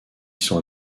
sont